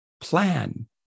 plan